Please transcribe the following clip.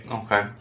okay